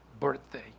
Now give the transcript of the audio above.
birthday